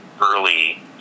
early